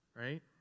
right